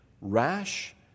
rash